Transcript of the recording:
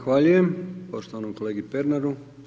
Zahvaljujem poštovanom kolegi Pernaru.